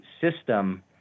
system